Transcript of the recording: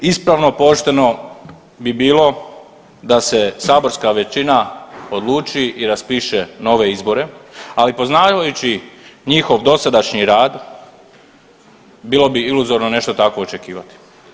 Ispravno pošteno bi bilo da se saborska većina odluči i raspiše nove izbore, ali poznavajući njihov dosadašnji rad bilo bi iluzorno nešto takvo očekivati.